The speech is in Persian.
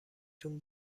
تون